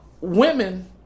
women